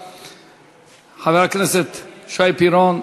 חבר הכנסת שי פירון,